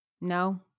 no